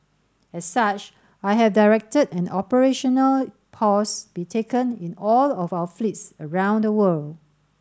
as such I have directed an operational pause be taken in all of our fleets around the world